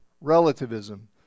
relativism